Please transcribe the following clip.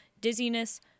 dizziness